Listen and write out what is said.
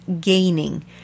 gaining